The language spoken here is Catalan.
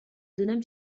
donem